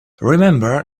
remember